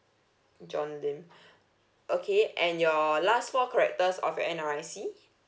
john lim okay and your last four characters of your N_R_I_C